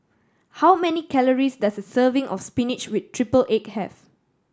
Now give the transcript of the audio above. how many calories does a serving of spinach with triple egg have